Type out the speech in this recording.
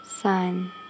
Sun